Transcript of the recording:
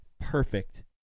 perfect